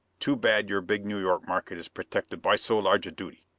too bad your big new york market is protected by so large a duty.